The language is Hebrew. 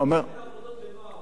אין עבודות לנוער הקיץ הזה,